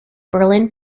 berlin